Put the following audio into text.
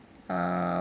um